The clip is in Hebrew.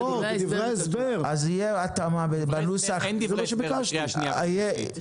אין דברי הסבר בקריאה שנייה ושלישית.